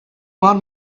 want